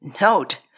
Note